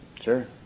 sure